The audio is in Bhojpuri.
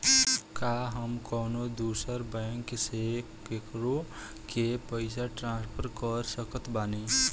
का हम कउनों दूसर बैंक से केकरों के पइसा ट्रांसफर कर सकत बानी?